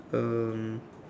um